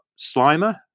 Slimer